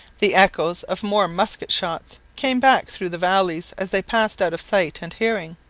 the echoes of more musket-shots came back through the valleys as they passed out of sight and hearing.